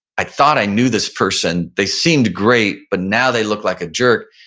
i thought i knew this person, they seemed great, but now they look like a jerk,